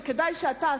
שכדאי שאתה,